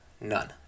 none